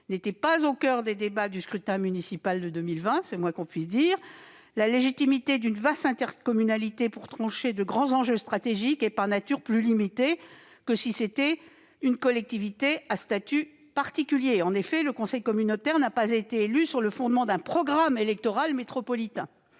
n'étaient pas au coeur des débats du scrutin municipal de 2020- c'est le moins que l'on puisse dire ! La légitimité d'une vaste intercommunalité pour trancher de grands enjeux stratégiques est, par nature, plus limitée que s'il s'agissait d'une collectivité à statut particulier. En effet, le conseil communautaire n'a pas été élu sur le fondement d'un programme électoral métropolitain